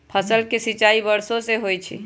फसल के सिंचाई वर्षो से होई छई